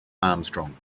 armstrong